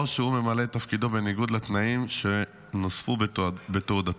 או שהוא ממלא את תפקידו בניגוד לתנאים שנוספו בתעודתו.